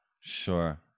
sure